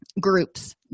groups